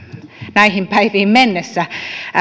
näihin päiviin mennessä